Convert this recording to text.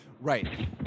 Right